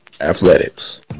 athletics